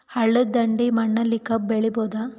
ಹಳ್ಳದ ದಂಡೆಯ ಮಣ್ಣಲ್ಲಿ ಕಬ್ಬು ಬೆಳಿಬೋದ?